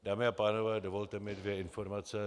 Dámy a pánové, dovolte mi dvě informace.